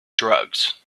drugs